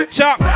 Chop